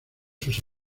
sus